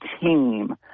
team